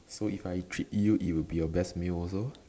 so if I treat you it will be your best meal also